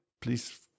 please